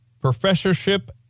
Professorship